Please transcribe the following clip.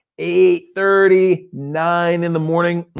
eight thirty, nine in the morning,